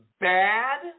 bad